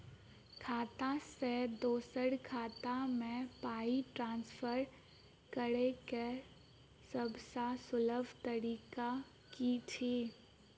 खाता सँ दोसर खाता मे पाई ट्रान्सफर करैक सभसँ सुलभ तरीका की छी?